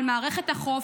על מערכת החוק,